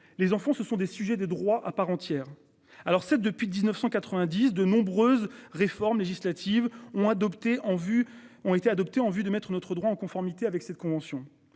les enfants, ce sont des sujets des droits à part entière. Alors cette depuis 1990, de nombreuses réformes législatives ont adopté en vue ont été adoptées en vue de mettre notre droit en conformité avec cette convention.